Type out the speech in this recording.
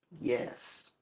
Yes